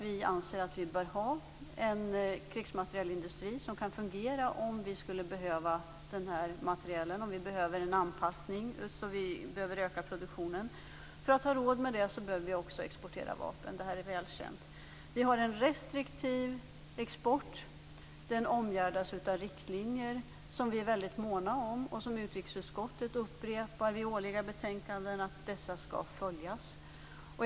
Vi anser att Sverige bör ha en krigsmaterielindustri som kan fungera om vi skulle behöva materielen eller en ökning av produktionen. För att ha råd med detta behöver vi också exportera vapen, vilket är väl känt. Exporten är restriktiv. Den omgärdas av riktlinjer som vi är väldigt måna om och som utrikesutskottet upprepar och betonar i årliga betänkanden.